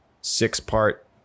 six-part